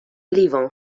لیوان